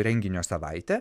renginio savaitę